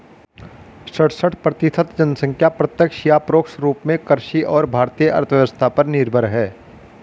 सड़सठ प्रतिसत जनसंख्या प्रत्यक्ष या परोक्ष रूप में कृषि और भारतीय अर्थव्यवस्था पर निर्भर है